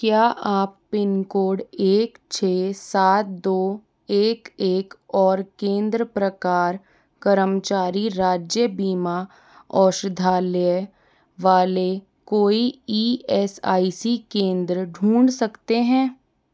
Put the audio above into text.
क्या आप पिनकोड एक छः सात दो एक एक और केंद्र प्रकार करमचारी राज्य बीमा ओषधाल्य वाले कोई ई एस आई सी केंद्र ढूँढ सकते हैं